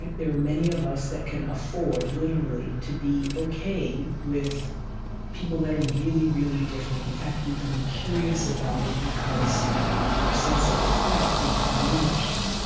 there are many of us that can afford, literally, to be ok with people that are really, really different. in fact, we can be curious about it, because our sense of threat is diminished,